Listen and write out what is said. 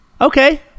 Okay